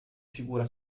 figura